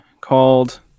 called